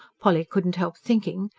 polly couldn't help thinking.